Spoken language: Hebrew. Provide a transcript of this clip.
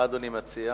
מה אדוני מציע?